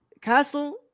Castle